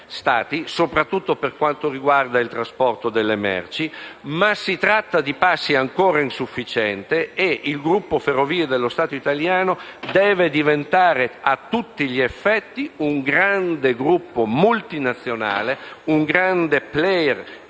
soprattutto per quanto riguarda il trasporto delle merci, ma sono ancora insufficienti e il gruppo Ferrovie dello Stato italiane deve diventare a tutti gli effetti un grande gruppo multinazionale, un grande *player* europeo